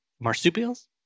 Marsupials